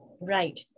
right